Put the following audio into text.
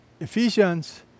Ephesians